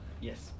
yes